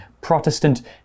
Protestant